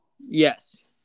yes